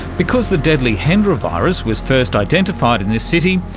because the deadly hendra virus was first identified in this city,